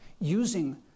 Using